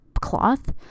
cloth